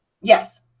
Yes